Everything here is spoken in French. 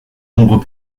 nombreux